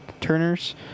Turners